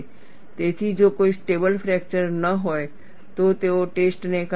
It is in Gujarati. તેથી જો કોઈ સ્ટેબલ ફ્રેકચર ન હોય તો તેઓ ટેસ્ટ ને કાઢી નાખશે